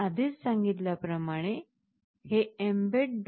मी आधीच सांगितल्याप्रमाणे हे mbed